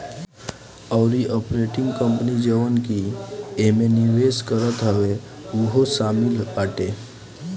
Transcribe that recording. अउरी operating company जवन की एमे निवेश करत हवे उहो शामिल बाटे